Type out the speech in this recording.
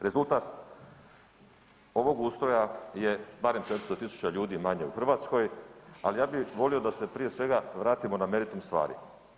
Rezultat ovog ustroja je barem 400.000 ljudi manje u Hrvatskoj, ali ja bih volio da se prije svega vratimo na meritum stvari.